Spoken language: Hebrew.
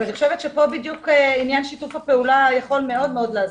פה, עניין שיתוף הפעולה יכול מאוד לעזור.